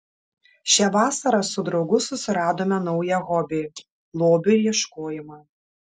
šią vasarą su draugu susiradome naują hobį lobių ieškojimą